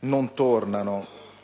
non tornano.